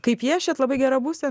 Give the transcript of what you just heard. kai piešiat labai gera būsen